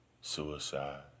suicide